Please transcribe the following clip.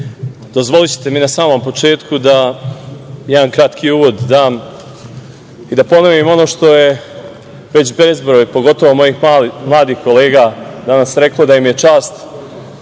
mi na samom početku da dam jedan kratki uvod i da ponovim ono što je već bezbroj, pogotovo mojih mladih kolega danas reklo, da im je čast,